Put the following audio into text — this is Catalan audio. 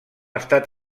estat